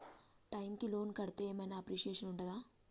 Time కి loan కడ్తే ఏం ఐనా అప్రిషియేషన్ ఉంటదా?